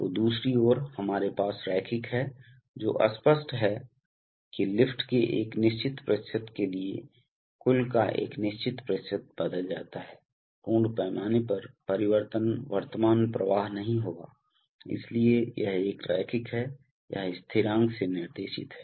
तो दूसरी ओर हमारे पास रैखिक है जो स्पष्ट है कि लिफ्ट के एक निश्चित प्रतिशत के लिए कुल का एक निश्चित प्रतिशत बदल जाता है पूर्ण पैमाने पर परिवर्तन वर्तमान प्रवाह नहीं होगा इसलिए यह एक रैखिक है यह स्थिरांक से निर्देशित है